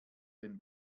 den